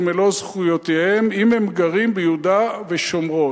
מלוא זכויותיהם אם הם גרים ביהודה ושומרון.